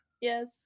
Yes